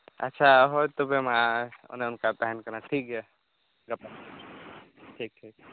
ᱟᱪᱪᱷᱟ ᱦᱳᱭ ᱛᱚᱵᱮ ᱢᱟ ᱚᱸᱱᱮ ᱚᱱᱟᱠᱟ ᱛᱟᱦᱮᱱ ᱠᱟᱱᱟ ᱴᱷᱤᱠ ᱜᱮᱭᱟ ᱜᱟᱯᱟ ᱴᱷᱤᱠ ᱴᱷᱤᱠ